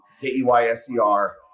K-E-Y-S-E-R